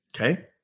Okay